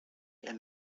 end